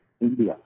India